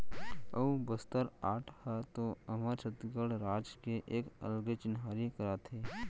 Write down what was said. अऊ बस्तर आर्ट ह तो हमर छत्तीसगढ़ राज के एक अलगे चिन्हारी कराथे